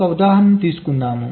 ఒక ఉదాహరణ తీసుకుందాం